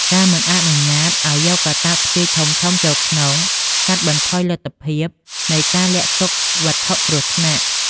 ការមិនអនុញ្ញាតឱ្យយកកាតាបស្ពាយធំៗចូលក្នុង កាត់បន្ថយលទ្ធភាពនៃការលាក់ទុកវត្ថុគ្រោះថ្នាក់។